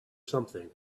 something